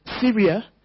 Syria